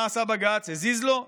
נא לסיים.